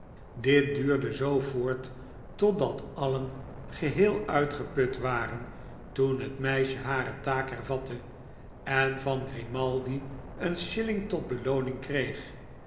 dit duurde zoo voort totdat alien geheel uitgeput waren toen het meisje hare taak hervatte en van grimaldi een shilling tot belooning kreeg